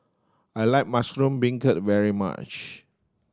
I like mushroom beancurd very much